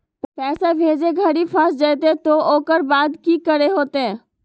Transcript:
पैसा भेजे घरी फस जयते तो ओकर बाद की करे होते?